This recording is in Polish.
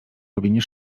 robienie